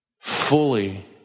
fully